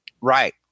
Right